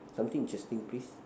something interesting please